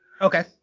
Okay